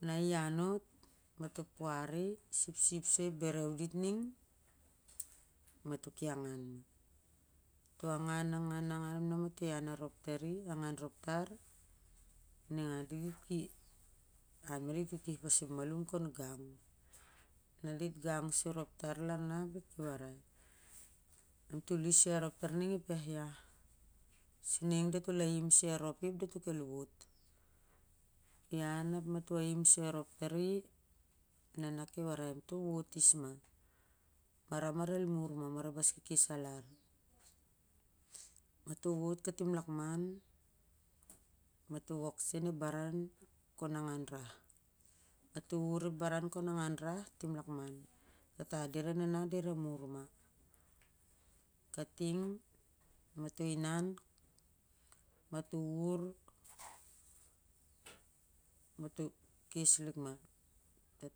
Na ianot ma to puari sip sip soi ep berew dit ning ma to ki angan ma to a angan agan ian arop ta pi niang di ki an dit utih pasep malum kon gang na dit gang so rop tar ra na ap dit kiwari am tol lis soi arop tar ning ep iah iah suning da tol ahim wop sa ap dato kivot ian ap ma to ahim soi arop tari nana kiwarai am to vot is ma lar mur ma ma to vot katim an lakman ma to vur sen ep baran kon angan rah tata dira e nana dira mar ma katim ma to inan ma to kes lik ma ia